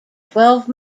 twelve